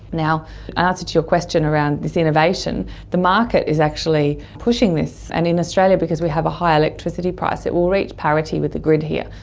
and answer to your question around this innovation, the market is actually pushing this, and in australia because we have a high electricity price it will reach parity with the grid here,